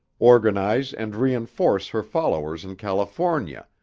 organize and reinforce her followers in california,